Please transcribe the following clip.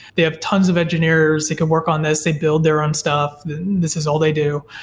they have tons of engineers. they can work on this. they build their own stuff. this is all they do.